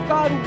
God